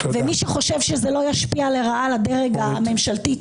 ומי שחושב שזה לא ישפיע לרעה על הדרג הממשלתי,